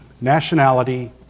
nationality